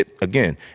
again